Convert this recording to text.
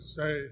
say